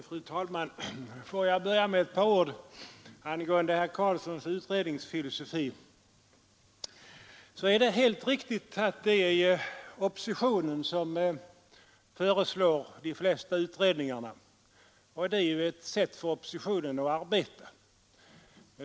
Fru talman! För att börja med ett par ord om herr Karlssons i Huskvarna utredningsfilosofi, är det helt riktigt att det är oppositionen som föreslår de flesta utredningarna. Det är ett sätt för oppositionen att arbeta.